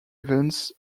events